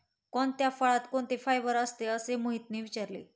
कोणत्या फळात कोणते फायबर असते? असे मोहितने विचारले